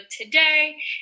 today